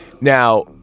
now